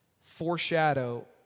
foreshadow